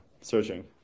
searching